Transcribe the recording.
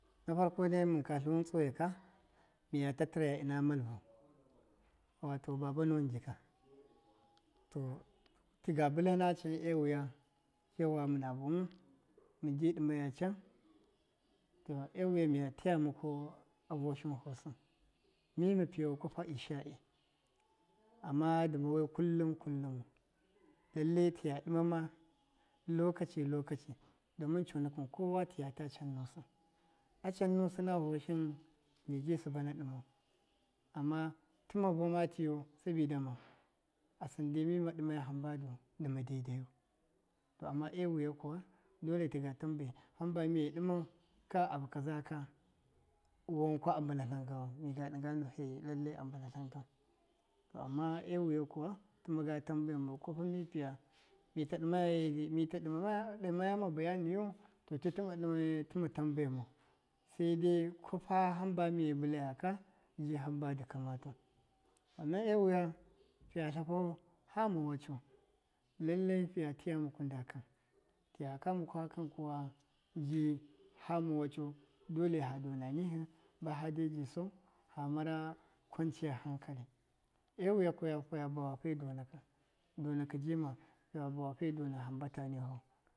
Nafarko dai mɨnka tluwɨntsuweka miya tatɨraya ɨna malvu, wato baba nuwɨn jika, to tiga bɨla can e wuya cewa muna vun mɨnji ɗtmaya can, ewuya miya tɨya mu koh a vuwashɨn husɨ mima piyau kwapa isha. i ama dɨmawe kullɨn- kullɨ mu lele tiya ɗɨmama lokaci lokaci, domɨn conakɨn kowa tiya ta can nusɨ. A can nusɨ na vuwashɨn miji sɨbana ɗɨmau, ama tɨma vama tiyu sabidama asɨndai mima ɗɨmaya hamba dudima daidayu to ama ewuya kuwa dole tɨga tambe hamba miye ɗɨmau ka abu kaza ka wankwa a mbɨnatlɨn ganwa miga ɗɨnga ndu he lallai a mbɨnatlɨn gan to ama ewuya kuwa tɨma tambemau kwafa mipiya mita yee- mita ɗɨmama-ɗɨmayama baya niyu to ti tɨma tambemau, sede kwafa hamba fiye bɨlaya ka ji hamba dɨ kamatau ama e wuya fiya tlafu hama wacce lalle fiya tiya mu kwu nda kan tɨyaka mukwa kan kuwa ji hama wacce dole ha dona nihɨ bafa deɗi sau fa mara kwanciyan hankali, ewuya kwiya kuwa fa bawafe donakɨ, donakɨ jima, fiya bawafe dona hamba ta nifu.